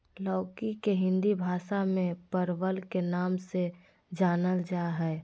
लौकी के हिंदी भाषा में परवल के नाम से जानल जाय हइ